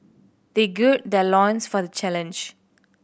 they gird their loins for the challenge